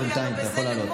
בינתיים אתה יכול לעלות.